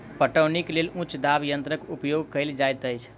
पटौनीक लेल उच्च दाब यंत्रक उपयोग कयल जाइत अछि